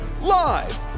live